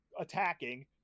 attacking